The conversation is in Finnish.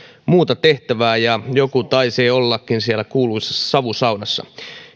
muuta tehtävää ja joku taisi olla siellä kuuluisassa savusaunassa